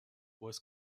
was